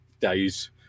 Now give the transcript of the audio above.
days